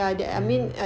mm